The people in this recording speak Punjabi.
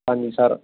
ਹਾਂਜੀ ਸਰ